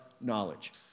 knowledge